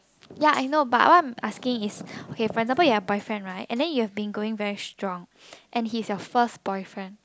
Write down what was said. ya I know but what I'm asking is okay for example your boyfriend right and then you have been going very strong and he's your first boyfriend